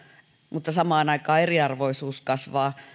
mutta samaan aikaan eriarvoisuus kasvaa